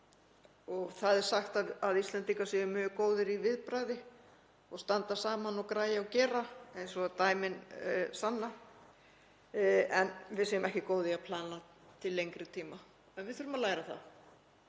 Það er sagt að Íslendingar séu mjög góðir í viðbragði og að standa saman og græja og gera eins og dæmin sanna en við séum ekki góð í að plana til lengri tíma. En við þurfum að læra það.